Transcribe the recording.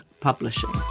Publishing